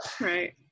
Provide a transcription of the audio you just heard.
Right